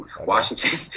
Washington